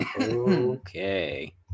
okay